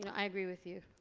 you know i agree with you.